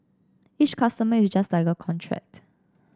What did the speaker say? each customer is just like a contract